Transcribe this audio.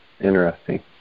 Interesting